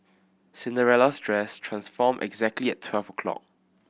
Cinderella's dress transformed exactly at twelve o'clock